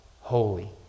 holy